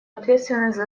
ответственность